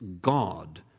God